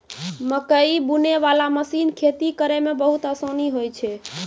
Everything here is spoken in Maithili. मकैइ बुनै बाला मशीन खेती करै मे बहुत आसानी होय छै